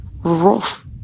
rough